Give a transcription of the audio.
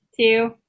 two